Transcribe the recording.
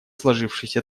сложившейся